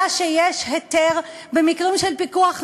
שיש היתר במקרים של פיקוח נפש?